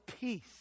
peace